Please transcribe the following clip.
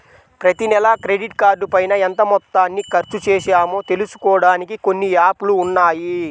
ప్రతినెలా క్రెడిట్ కార్డుపైన ఎంత మొత్తాన్ని ఖర్చుచేశామో తెలుసుకోడానికి కొన్ని యాప్ లు ఉన్నాయి